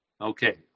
Okay